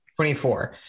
24